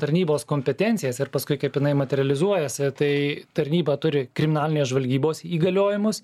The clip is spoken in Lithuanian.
tarnybos kompetencijas ir paskui kaip jinai materializuojasi tai tarnyba turi kriminalinės žvalgybos įgaliojimus